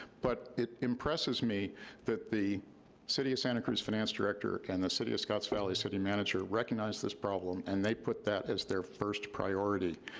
but it impresses me that the city of santa cruz finance director, and the city of scotts valley city manager recognized this problem, and they put that as their first priority.